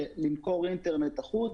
למכור אינטרנט אחוד.